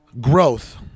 Growth